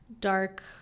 dark